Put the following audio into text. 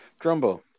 Drumbo